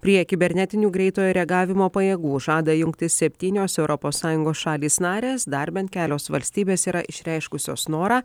prie kibernetinių greitojo reagavimo pajėgų žada jungtis septynios europos sąjungos šalys narės dar bent kelios valstybės yra išreiškusios norą